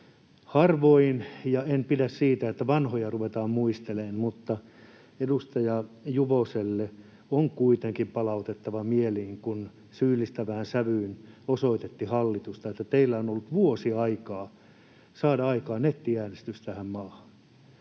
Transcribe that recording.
vanhoja — ja en pidä siitä, että vanhoja ruvetaan muistelemaan — mutta edustaja Juvoselle on kuitenkin palautettava mieleen, kun syyllistävään sävyyn osoititte hallitusta, että teillä on ollut vuosi aikaa saada aikaan nettiäänestys tähän maahan.